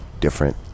different